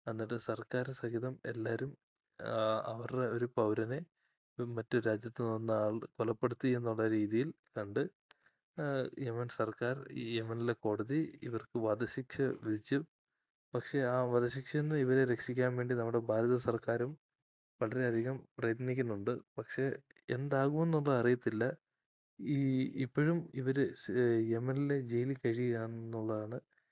എന്നിട്ട് സർക്കാർ സഹിതം എല്ലാവരും അവരുടെ ഒരു പൗരനെ മറ്റുരാജ്യത്തുനിന്ന ആൾ കൊലപ്പെടുത്തി എന്നുള്ള രീതിയിൽ കണ്ട് യമൻ സർക്കാർ യമനിലെ കോടതി ഇവർക്ക് വധശിക്ഷ വിധിച്ചു പക്ഷെ ആ വധശിക്ഷയിൽനിന്ന് ഇവരെ രക്ഷിക്കാൻവേണ്ടി നമ്മുടെ ഭാരതസർക്കാരും വളരെ അധികം പ്രയത്നിക്കുന്നുണ്ട് പക്ഷെ എന്താകുമെന്നുള്ളത് അറിയത്തില്ല ഈ ഇപ്പോഴും ഇവർ യമനിലെ ജയിലിൽ കഴിയുകയാണെന്നുള്ളതാണ്